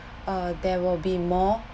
uh there will be more